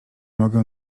mogę